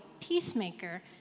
peacemaker